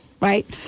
Right